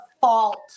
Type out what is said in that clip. fault